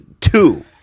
two